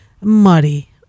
Muddy